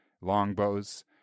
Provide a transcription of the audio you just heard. longbows